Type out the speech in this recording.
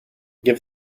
give